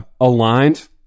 aligned